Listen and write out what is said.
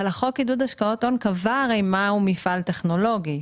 אבל חוק עידוד השקעות הון קבע מה הוא מפעל טכנולוגי.